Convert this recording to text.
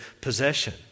possession